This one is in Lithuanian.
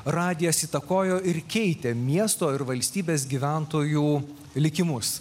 radijas įtakojo ir keitė miesto ir valstybės gyventojų likimus